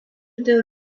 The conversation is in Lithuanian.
dėl